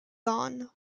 gone